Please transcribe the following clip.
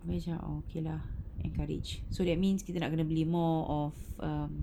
habis aku cakap orh okay lah encourage so that means kita kena nak beli more of um